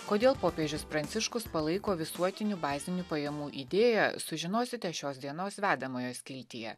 kodėl popiežius pranciškus palaiko visuotinių bazinių pajamų idėją sužinosite šios dienos vedamojo skiltyje